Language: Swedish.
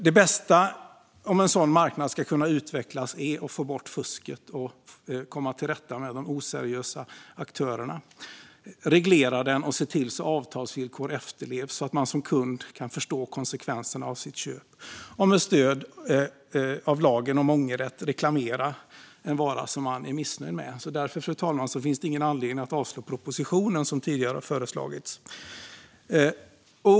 Det bästa om en sådan marknad ska kunna utvecklas är att få bort fusket och komma till rätta med de oseriösa aktörerna, reglera den och se till att avtalsvillkor efterlevs så att man som kund kan förstå konsekvenserna av sitt köp och med stöd av lagen om ångerrätt kan reklamera en vara som man är missnöjd med. Därför, fru talman, finns det ingen anledning att avslå propositionen som tidigare har föreslagits.